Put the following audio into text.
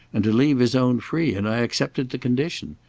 and to leave his own free, and i accepted the condition.